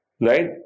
Right